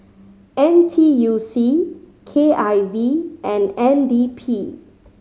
N T U C K I V and N D P